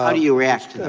ah you react to them?